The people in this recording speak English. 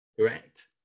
Correct